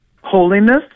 holiness